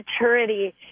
maturity